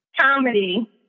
comedy